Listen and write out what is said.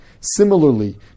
Similarly